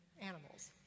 animals